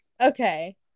Okay